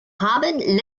haben